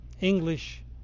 English